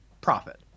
profit